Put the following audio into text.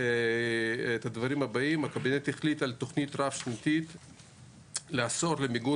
את הדברים הבאים: הקבינט החליט על תוכנית רב-שנתית לעסוק במיגון